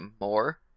more